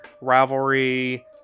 rivalry